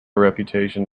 reputation